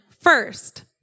first